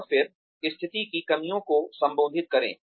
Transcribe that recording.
और फिर स्थिति की कमियों को संबोधित करें